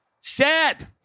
Sad